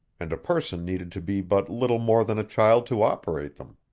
and a person needed to be but little more than a child to operate them.